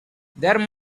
there